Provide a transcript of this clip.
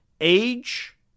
age